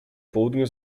południu